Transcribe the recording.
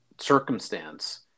circumstance